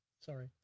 sorry